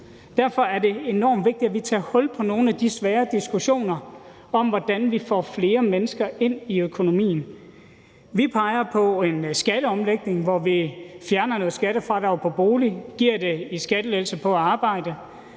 Derfor er det enormt vigtigt, at vi tager hul på nogle af de svære diskussioner om, hvordan vi får flere mennesker ind i økonomien. Vi peger på en skatteomlægning, hvor vi fjerner nogle skattefradrag på bolig og giver det i skattelettelse på at arbejde.